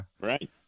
Right